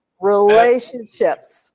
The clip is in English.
relationships